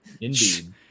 Indeed